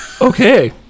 okay